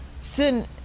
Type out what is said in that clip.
Sin